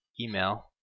email